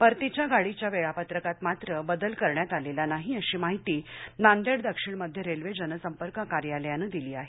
परतीच्या गाडीच्या वेळापत्रकात मात्र बदल करण्यात आलेला नाही अशी माहिती नांदेड दक्षिण मध्य रेल्वे जनसंपर्क कार्यालयानं दिली आहे